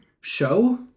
show